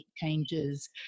changes